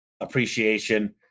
appreciation